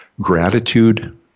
gratitude